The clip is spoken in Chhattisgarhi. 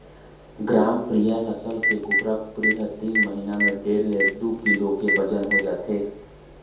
ग्रामप्रिया नसल के कुकरा कुकरी ह तीन महिना म डेढ़ ले दू किलो के बजन हो जाथे